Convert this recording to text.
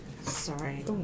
Sorry